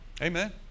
Amen